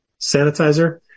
sanitizer